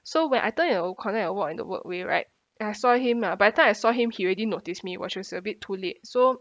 so when I turned at the corner and walked in the walkway right and I saw him lah but at the time I saw him he already noticed me which was a bit too late so